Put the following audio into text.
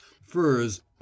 furs